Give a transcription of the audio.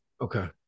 Okay